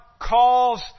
calls